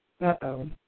Uh-oh